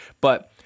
But-